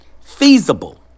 Feasible